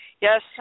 yes